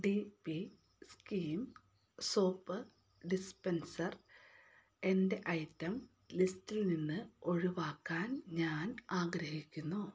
D P cream soap dispenser എന്റെ ഐറ്റംലിസ്റ്റിൽ നിന്ന് ഒഴിവാക്കാൻ ഞാൻ ആഗ്രഹിക്കുന്നു